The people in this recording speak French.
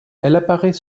apparaît